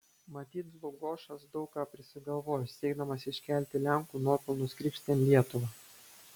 matyt dlugošas daug ką prisigalvojo siekdamas iškelti lenkų nuopelnus krikštijant lietuvą